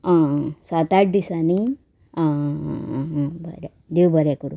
आं सात आठ दिसांनी आं बरें देव बरें करूं